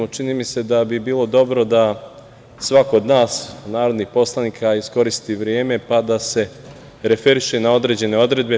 Čini mi se da bi bilo dobro da svako od nas narodnih poslanika iskoristi vreme, pa da se referiše na određene odredbe.